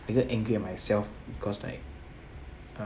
I get angry at myself because like